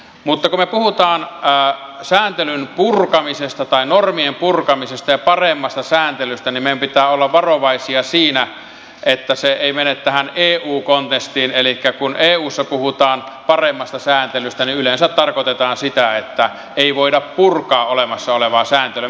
mutta kun me puhumme sääntelyn purkamisesta tai normien purkamisesta ja paremmasta sääntelystä niin meidän pitää olla varovaisia siinä että se ei mene tähän eu kontekstiin elikkä kun eussa puhutaan paremmasta sääntelystä niin yleensä tarkoitetaan sitä että ei voida purkaa olemassa olevaa sääntelyä